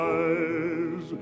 eyes